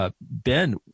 Ben